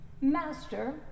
Master